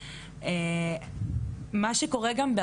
כמו שדיברו מקודם על סקסטורשן,